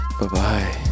Bye-bye